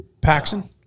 Paxson